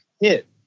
hit